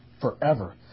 forever